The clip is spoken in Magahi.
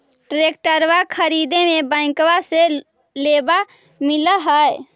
ट्रैक्टरबा खरीदे मे बैंकबा से लोंबा मिल है?